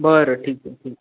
बरं ठीक आहे ठीक